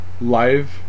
live